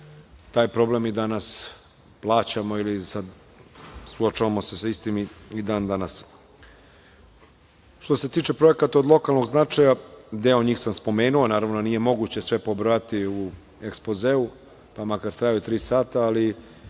taj problem i danas plaćamo ili suočavamo se sa istim i dan danas. Što se tiče projekata od lokalnog značaja, deo njih sam spomenuo. Naravno, nije moguće sve pobrojati u ekspozeu, pa makar trajao i tri sata, ali